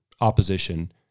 opposition